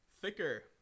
thicker